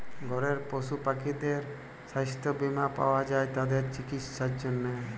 ঘরের পশু পাখিদের ছাস্থ বীমা পাওয়া যায় তাদের চিকিসার জনহে